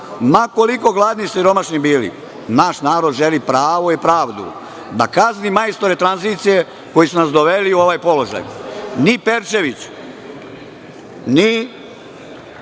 Ma koliko gladni i siromašni bili, naš narod želi pravo i pravdu, da kazne majstore tranzicije koji su nas doveli u ovaj položaj. Ni Perčević, ni Bogićević,